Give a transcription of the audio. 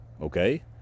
Okay